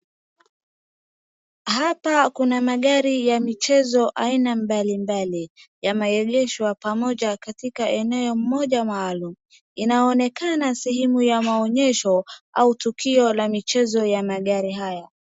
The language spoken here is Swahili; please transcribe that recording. hapa kuna magari ya michezo aina mbalimbali yameegeshwa pamoja katika eneo moja maalum. Inaonekana sehemu ya maonyesho au tukio la michezo ya magari haya.